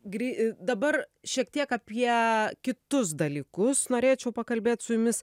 grį dabar šiek tiek apie kitus dalykus norėčiau pakalbėt su jumis